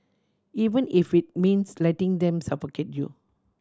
even if it means letting them suffocate you